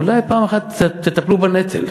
אולי פעם אחת תטפלו בנטל.